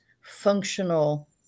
functional